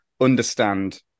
understand